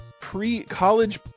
pre-college